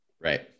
Right